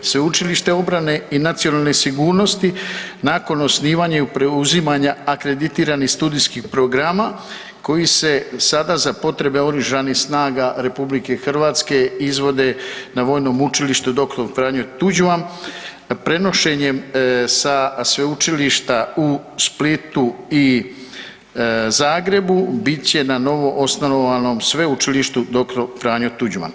Sveučilište obrane i nacionalne sigurnosti nakon osnivanja i preuzimanja akreditiranih studijskih programa koji se sada, za potrebe OSRH izvode na Vojnom učilištu dr. Franjo Tuđman, prenošenjem sa Sveučilišta u Splitu i Zagrebu bit će na novoosnovanom Sveučilištu dr. Franjo Tuđman.